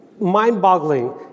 mind-boggling